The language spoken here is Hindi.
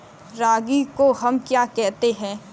रागी को हम क्या कहते हैं?